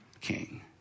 king